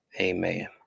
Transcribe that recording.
Amen